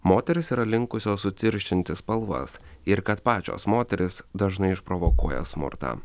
moterys yra linkusios sutirštinti spalvas ir kad pačios moterys dažnai išprovokuoja smurtą